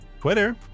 twitter